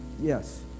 Yes